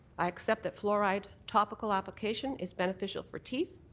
i accept that fluoride topical application is beneficial for teeth.